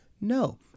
No